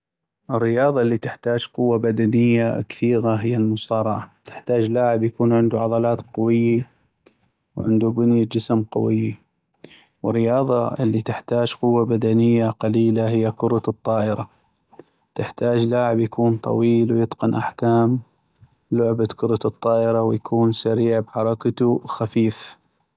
الرياضة الي تحتاج قوة بدنية كثيغا هي المصارعة ، تحتاج لاعب يكون عندو عضلات قويي وعندو بنية جسم قويي ، والرياضة الى تحتاج قوة بدنية قليلة هي كرة الطائرة ، تحتاج لاعب يكون طويل ويتقن احكام لعب كرة الطائرة ويكون سريع بحركتو وخفيف.